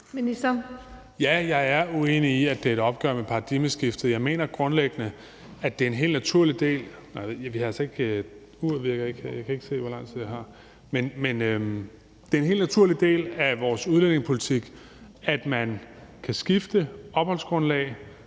Ja, jeg er uenig i, at det er et opgør med paradigmeskiftet. Jeg mener grundlæggende, at det er en helt naturlig del ... Uret virker ikke; jeg kan ikke, se hvor lang